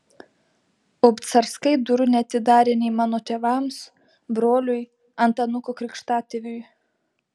obcarskai durų neatidarė nei mano tėvams broliui antanuko krikštatėviui